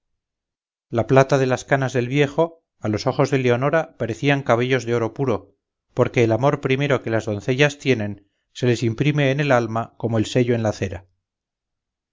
la plata de las canas del viejo a los ojos de leonora parecían cabellos de oro puro porque el amor primero que las doncellas tienen se les imprime en el alma como el sello en la cera